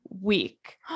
week